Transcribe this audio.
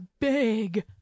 big